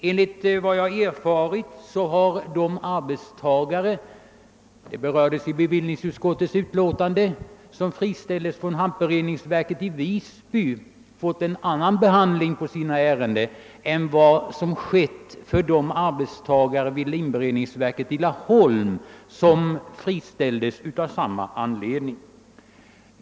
Enligt vad jag erfarit har arbetstagare — detta berörs i bevillningsutskottets betänkande — som friställts från hampberedningsverket i Visby fått en annan behandling av sina ersättningar än vad som skett för arbetstagare vid linberedningsverket i Laholm som friställts av samma anledning.